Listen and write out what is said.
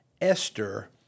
Esther